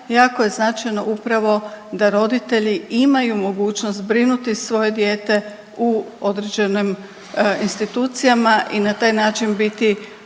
jako je značajno upravo da roditelji imaju mogućnost zbrinuti svoje dijete u određenim institucijama i na taj način biti